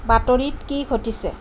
বাতৰিত কি ঘটিছে